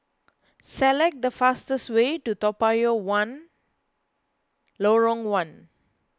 select the fastest way to Lorong one Toa Payoh